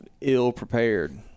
ill-prepared